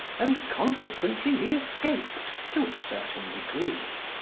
and consequently he escaped, to a certain degree.